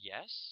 Yes